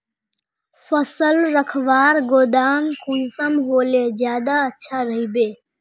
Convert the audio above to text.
फसल रखवार गोदाम कुंसम होले ज्यादा अच्छा रहिबे?